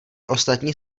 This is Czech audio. ostatní